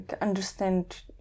understand